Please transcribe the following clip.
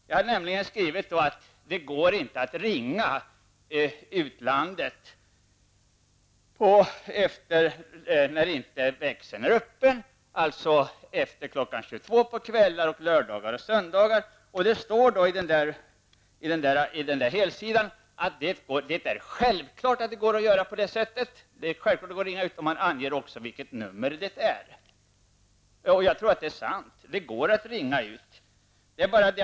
Jag har nämligen skrivit att det inte går att ringa till utlandet när telefonväxeln inte är öppen, alltså efter kl. 22.00 på vardagar och på lördagar och söndagar. Men det står i detta veckoblad att det är självklart att detta är möjligt. Det anges också vilket nummer man skall slå. Jag tror att det är sant att man kan ringa till utlandet.